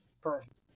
Perfect